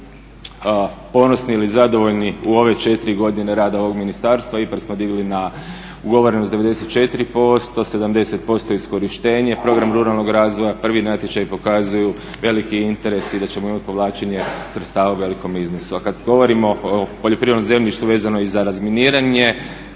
ponosni ili zadovoljni u ove 4 godine rada ovog ministarstva. IPARD smo digli na ugovorenost 94%, 70% iskorištenje, program Ruralnog razvoja prvi natječaji pokazuju veliki interes i da ćemo imati povlačenje sredstava u velikom iznosu. A kada govorimo o poljoprivrednom zemljištu vezano i za razminiranje,